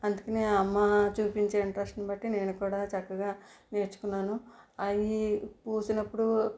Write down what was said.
అందుకు అనే అమ్మ చూపించే ఇంట్రెస్ట్ని బట్టి నేను కూడా చక్కగా నేర్చుకున్నాను అవ్వి పూసినప్పుడు